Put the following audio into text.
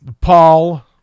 Paul